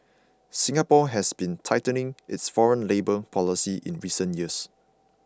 Singapore has been tightening its foreign labour policies in recent years